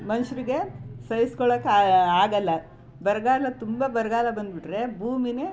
ಮನುಷ್ರಿಗೆ ಸಹಿಸ್ಕೊಳ್ಳಕ್ಕೆ ಆಗಲ್ಲ ಬರಗಾಲ ತುಂಬ ಬರಗಾಲ ಬಂದುಬಿಟ್ರೆ ಭೂಮಿಯೇ